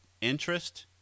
interest